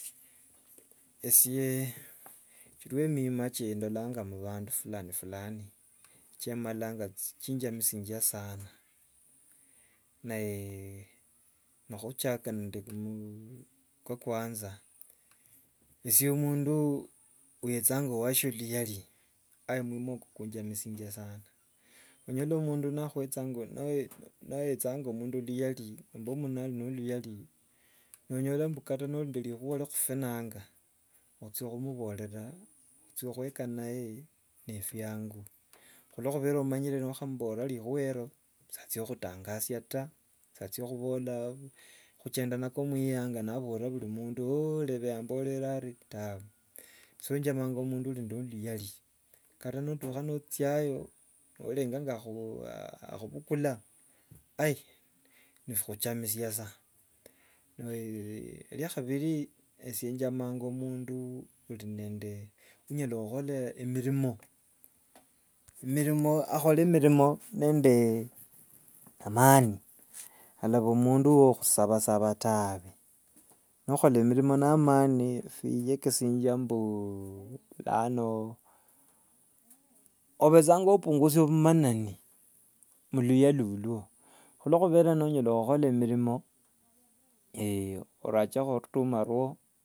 Esye chiruo mima chindolanga mubandu fulani fulani chimalanga nichinjamishinja sana. ni khuchaka nende ku kwa kwanza, esye omundu owechanga wasie oluyari, omima okwo kunjamishinja sana. Onyola mundunakhuwechanga, nawe- nawechanga mundu luyari, nomba mundu nari nende luyari, onyola mbu kata nori nende rikhuwa rikhufunanga nochyia omuborera ocho- khweka naye ne- ebwangu. Khulokhubera omanyire niwakhamuborera rikhuwa eryo saracha okhutanjasia ta, salacha khubula khuchenda nako murianga naborera buru- mundu mbwe rebe yamborere ari tawe. So njamanga mundu ari no oluyari. Kata no- tukha nochyayo oringa nga a- akhubukula nibihuchamisia sa. rya khabiri, esye njamanga mundu uri nende onyola khukhola emirimo mirimo akhole mirimo na amaani, alabha mundu wo- khusabasaba tawe. Nokhola mirimo na amaani binjekisinja mbu lano obechanga opungusia obumanani muluya lulwo. khulokhubera nonyola okhola mirimo orachekho orutumwa rwao.